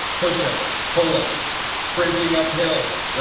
push ups, pull ups, sprinting up hills, yeah